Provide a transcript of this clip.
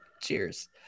Cheers